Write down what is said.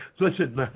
Listen